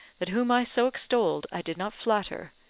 that whom i so extolled i did not flatter,